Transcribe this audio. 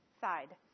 side